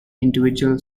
individual